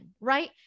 right